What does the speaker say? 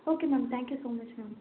okay ma'am thank you so much ma'am